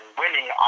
winning